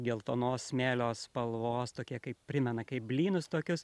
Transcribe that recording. geltonos smėlio spalvos tokie kaip primena kaip blynus tokius